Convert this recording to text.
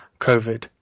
COVID